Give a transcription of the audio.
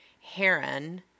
heron